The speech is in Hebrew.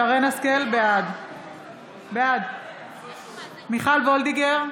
בעד מיכל וולדיגר,